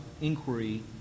inquiry